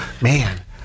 Man